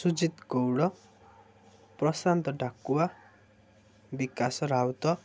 Sujit Gaud Prashant Dakua Bikash Raut